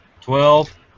Twelve